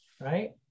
right